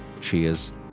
Cheers